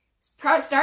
start